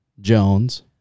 Jones